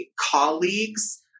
colleagues